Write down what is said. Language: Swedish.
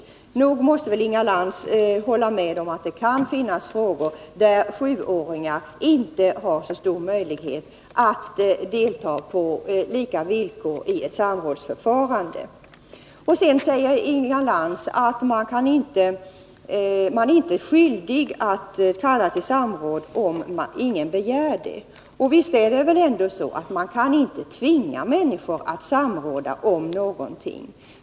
Och nog måste väl Inga Lantz hålla med om att det kan finnas frågor där sjuåringar inte har så stor möjlighet att delta på lika villkor i ett samrådsförfarande. Vidare säger Inga Lantz att skolan inte är skyldig att kalla till samråd om ingen begär det. Men det är väl ändå så att man inte kan tvinga människor att samråda om någonting.